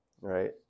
right